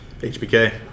HBK